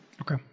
okay